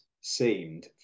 seemed